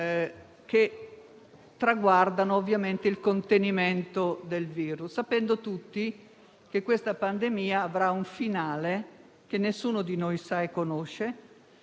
traguardano il contenimento del virus, sapendo tutti che questa pandemia avrà un finale che nessuno di noi conosce